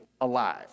alive